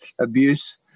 abuse